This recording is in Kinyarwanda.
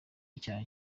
icyaha